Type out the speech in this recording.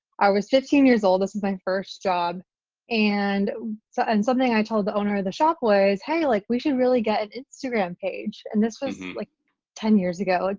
i was fifteen years old, this is my first job and so and something i told the owner of the shop was hey, like we should really get an instagram page and this was like ten years ago. like